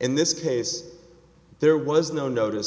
in this case there was no notice